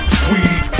sweet